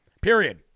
period